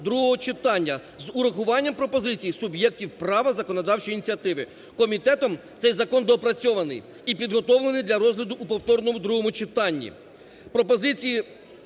другого читання з урахуванням пропозицій суб'єктів права законодавчої ініціативи. Комітетом цей закон доопрацьований і підготовлений для розгляду у повторному другому читанні.